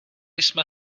jsme